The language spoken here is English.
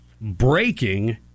breaking